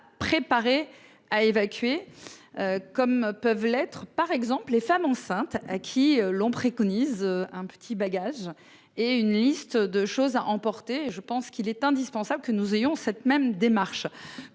préparés à évacuer. Comme peuvent l'être par exemple, les femmes enceintes à qui l'on préconise un petit bagage et une liste de choses à emporter et je pense qu'il est indispensable que nous ayons cette même démarche